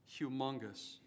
humongous